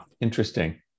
interesting